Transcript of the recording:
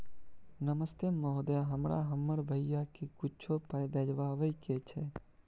नमस्ते महोदय, हमरा हमर भैया के कुछो पाई भिजवावे के छै?